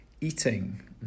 Eating